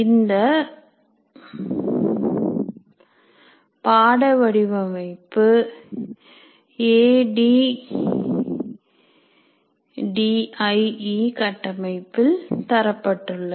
இந்த பாட வடிவமைப்பு ஏடிடிஐஇ கட்டமைப்பில் தரப்பட்டுள்ளது